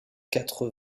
quatre